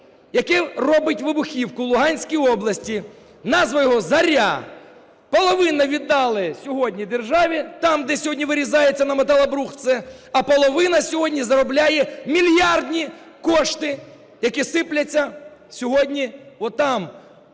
який робить вибухівку, у Луганській області, назва його "Зоря". Половину віддали сьогодні державі, там, де сьогодні вирізається на металобрухт все, а половина сьогодні заробляє мільярдні кошти, які сипляться сьогодні отам,